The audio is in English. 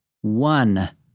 one